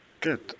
Good